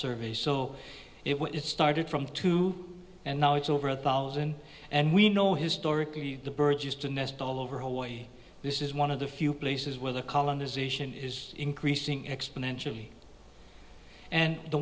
survey so it was started from two and now it's over a thousand and we know historically the birds used to nest all over hawaii this is one of the few places where the colonization is increasing exponentially and the